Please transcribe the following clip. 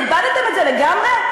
איבדתם את זה לגמרי?